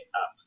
up